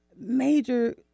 major